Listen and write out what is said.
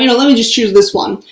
you know let me just choose this one.